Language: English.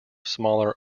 smaller